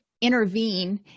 intervene